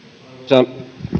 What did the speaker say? arvoisa